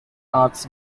arts